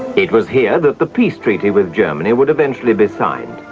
it was here that the peace treaty with germany would eventually be signed,